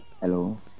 hello